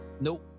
Nope